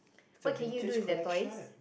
it's a vintage collection